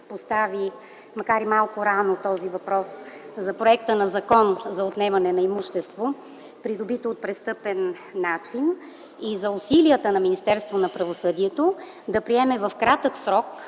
постави макар и малко рано този въпрос – за Законопроекта за отнемане на имущество, придобито по престъпен начин и за усилията на Министерството на правосъдието да приеме в кратък срок